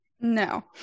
No